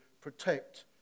protect